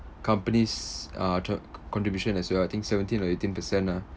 companies uh tr~ contribution as well I think seventeen or eighteen percent ah